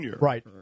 Right